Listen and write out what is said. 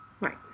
Right